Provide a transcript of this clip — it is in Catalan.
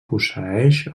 posseeix